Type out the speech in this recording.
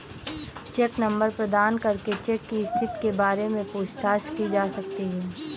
check number प्रदान करके cheque की स्थिति के बारे में पूछताछ की जा सकती है